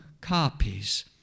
copies